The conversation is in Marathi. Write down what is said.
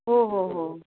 हो हो हो